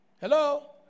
Hello